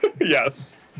Yes